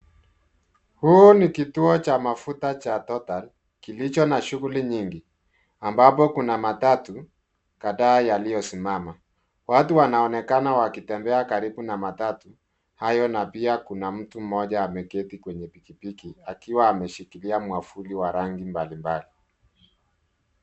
Huu ni kituo cha mafuta cha Total, kilicho na shughuli nyingi, ambapo kuna matatu kadhaa yaliyosimama. Watu wanaonekana wakitembea karibu na matatu hayo, na pia kuna mtu mmoja ameketi kwenye pikipiki akiwa ameshikilia mwavuli wa rangi mbalimbali.